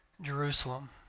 Jerusalem